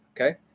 okay